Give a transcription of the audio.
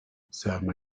salmon